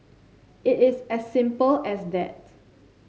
it is as simple as that